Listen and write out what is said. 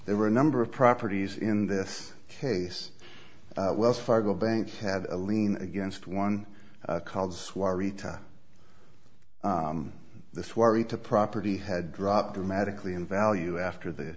there were a number of properties in this case wells fargo bank had a lien against one called swire retire the worry to property had dropped dramatically in value after the